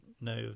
no